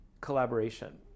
Collaboration